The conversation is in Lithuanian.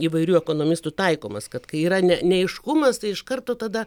įvairių ekonomistų taikomas kad kai yra ne neaiškumas tai iš karto tada